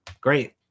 Great